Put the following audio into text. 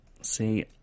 See